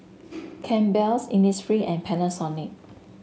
Campbell's Innisfree and Panasonic